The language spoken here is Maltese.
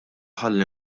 ħalli